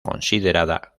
considerada